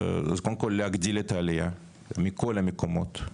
זה קודם כל להגדיל את העלייה מכל המקומות.